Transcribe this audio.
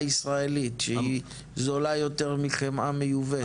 ישראלית שהיא זולה יותר מחמאה מיובאת?